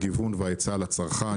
הגיוון וההיצע לצרכן,